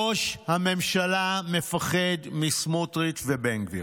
ראש הממשלה מפחד מסמוטריץ' ובן גביר.